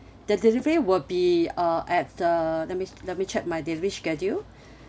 the delivery would be uh at the let me let me check my delivery schedule